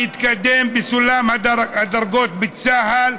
להתקדם בסולם הדרגות בצה"ל,